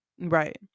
right